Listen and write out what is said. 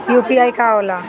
UPI का होला?